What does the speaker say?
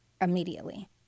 immediately